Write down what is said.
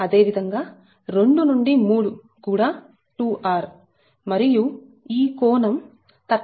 అదే విధంగా 2 నుండి 3 కూడా 2r మరియు ఈ కోణం 300